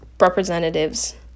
representatives